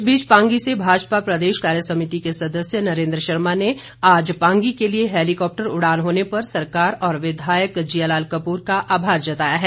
इस बीच पांगी से भाजपा प्रदेश कार्यसमिति के सदस्य नरेन्द्र शर्मा ने आज पांगी के लिए हैलीकॉप्टर उड़ान होने पर सरकार और विधायक जियालाल कपूर का आभार जताया है